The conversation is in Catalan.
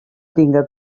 tinga